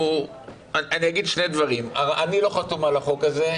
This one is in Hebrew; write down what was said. אני לא חתום על החוק הזה.